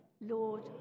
Lord